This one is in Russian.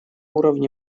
уровне